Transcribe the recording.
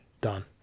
Done